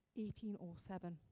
1807